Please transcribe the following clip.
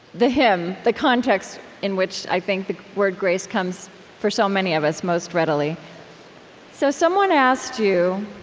the hymn, the context in which i think the word grace comes, for so many of us, most readily so someone asked you,